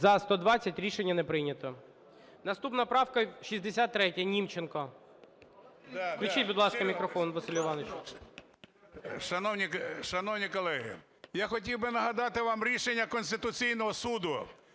За-120 Рішення не прийнято. Наступна правка 63, Німченко. Включіть, будь ласка, мікрофон Василю Івановичу. 11:21:04 НІМЧЕНКО В.І. Шановні колеги, я хотів би нагадати вам рішення Конституційного Суду